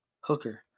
Hooker